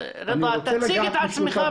תציג את עצמך,